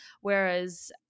Whereas